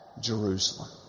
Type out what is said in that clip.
Jerusalem